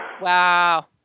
Wow